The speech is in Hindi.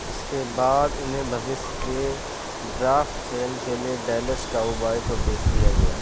इसके बाद उन्हें भविष्य के ड्राफ्ट चयन के लिए डैलस काउबॉय को बेच दिया गया